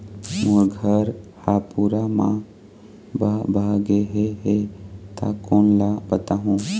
मोर घर हा पूरा मा बह बह गे हे हे ता कोन ला बताहुं?